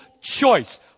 choice